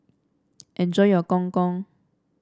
enjoy your Gong Gong